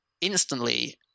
instantly